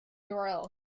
urls